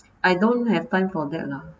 I don't have time for that lah